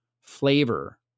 flavor